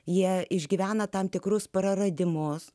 jie išgyvena tam tikrus praradimus